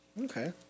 Okay